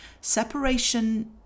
Separation